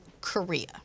Korea